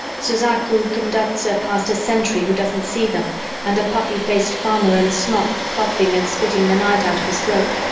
suzaku conducts her past a sentry who doesn't see them and a puffy-faced farmer in a smock coughing and spitting the night out of his throat.